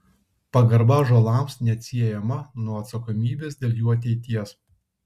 pagarba ąžuolams neatsiejama nuo atsakomybės dėl jų ateities